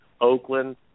Oakland